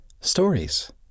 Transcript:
Stories